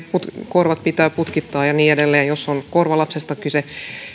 korvat pitää putkittaa ja niin edelleen jos on korvalapsesta kyse